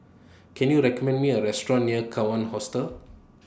Can YOU recommend Me A Restaurant near Kawan Hostel